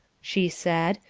she said,